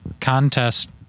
Contest